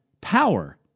power